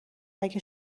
اگه